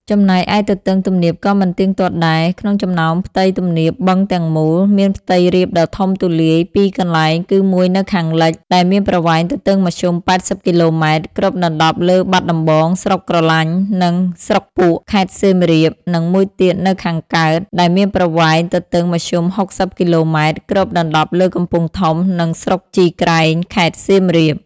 ចំណែកឯទទឹងទំនាបក៏មិនទៀងទាត់ដែរ ក្នុងចំណោមផ្ទៃទំនាបបឹងទាំងមូល មានផ្ទៃរាបដ៏ធំទូលាយពីរកន្លែង គឺមួយនៅខាងលិច ដែលមានប្រវែងទទឹងមធ្យម ៨០ គីឡូម៉ែត្រ គ្របដណ្ដប់លើបាត់ដំបង ស្រុកក្រឡាញ់ និងស្រុកពួក ខេត្តសៀមរាប និងមួយទៀតនៅខាងកើត ដែលមានប្រវែងទទឹងមធ្យម ៦០ គីឡូម៉ែត្រ គ្របដណ្ដប់លើកំពង់ធំ និងស្រុកជីក្រែង ខេត្តសៀមរាប។